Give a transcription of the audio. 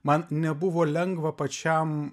man nebuvo lengva pačiam